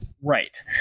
Right